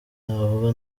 navuga